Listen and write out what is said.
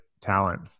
talent